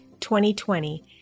2020